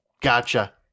Gotcha